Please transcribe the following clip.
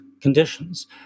conditions